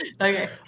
Okay